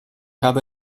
habe